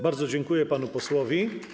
Bardzo dziękuję panu posłowi.